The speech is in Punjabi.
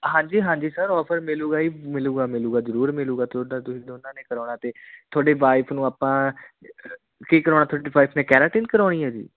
ਹਾਂਜੀ ਹਾਂਜੀ ਸਰ ਓਫਰ ਮਿਲੂਗਾ ਜੀ ਮਿਲੂਗਾ ਮਿਲੂਗਾ ਜ਼ਰੂਰ ਮਿਲੂਗਾ ਤੁਹਾਡਾ ਤੁਸੀਂ ਦੋਨਾਂ ਨੇ ਕਰਾਉਣਾ ਅਤੇ ਤੁਹਾਡੇ ਵਾਈਫ ਨੂੰ ਆਪਾਂ ਕੀ ਕਰਾਉਣਾ ਤੁਹਾਡੀ ਵਾਈਫ ਨੇ ਕੈਰਾਟਿਨ ਕਰਾਉਣੀ ਆ ਜੀ